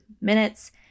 minutes